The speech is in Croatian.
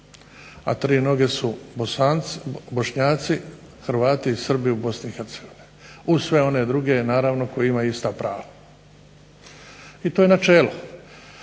A tri noge su Bosanci, Bošnjaci, Hrvati i Srbi u Bosni i Hercegovini uz sve one druge naravno koji imaju ista prava. I to je načelo.